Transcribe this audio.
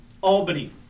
Albany